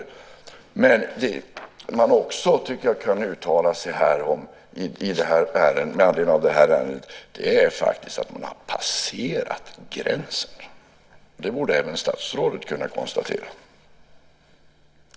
Något som man också borde kunna uttala sig om med anledning av det här ärendet är att man har passerat gränsen. Det borde även statsrådet kunna konstatera.